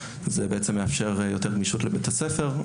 זה מאפשר יותר גמישות לבית הספר.